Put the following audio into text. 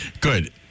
Good